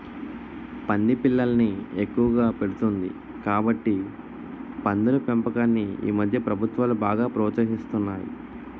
పంది పిల్లల్ని ఎక్కువగా పెడుతుంది కాబట్టి పందుల పెంపకాన్ని ఈమధ్య ప్రభుత్వాలు బాగా ప్రోత్సహిస్తున్నాయి